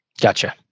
Gotcha